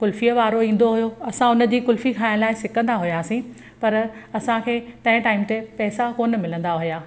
कुल्फ़ीअ वारो ईंदो हुओ असां हुनजी कुल्फ़ी खाइण लाइ सिकंदा हुआसीं पर असांखे तंहिं टाइम ते पैसा कोन मिलंदा हुआ